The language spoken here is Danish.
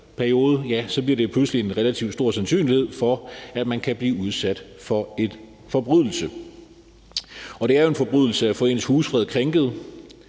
bliver det pludselig til en relativt stor sandsynlighed for, at man kan blive udsat for en forbrydelse. Og det er jo en forbrydelse at få ens husfred krænket,